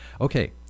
Okay